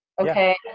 okay